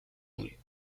anglais